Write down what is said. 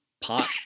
pot